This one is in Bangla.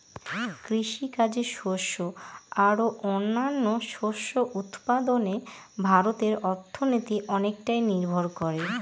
কৃষিকাজে শস্য আর ও অন্যান্য শস্য উৎপাদনে ভারতের অর্থনীতি অনেকটাই নির্ভর করে